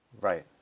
Right